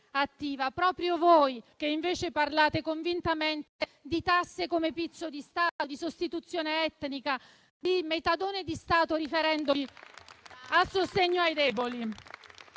Proprio voi, che invece parlate convintamente di tasse come pizzo di Stato, di sostituzione etnica, di metadone di Stato riferendovi al sostegno ai deboli.